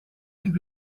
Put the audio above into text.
and